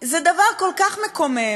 זה דבר כל כך מקומם,